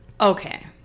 Okay